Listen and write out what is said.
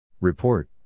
Report